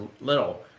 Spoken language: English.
little